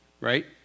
right